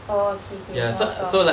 oh okay okay faham faham